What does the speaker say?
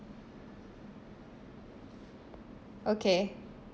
okay